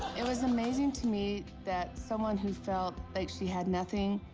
it was amazing to me that someone who felt like she had nothing,